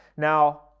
Now